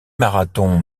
marathon